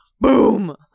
Boom